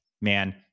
Man